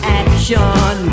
action